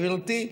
גברתי,